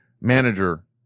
manager